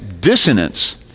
dissonance